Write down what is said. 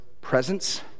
presence